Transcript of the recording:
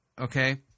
okay